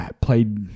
Played